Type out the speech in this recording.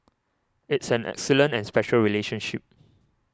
it's an excellent and special relationship